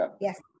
Yes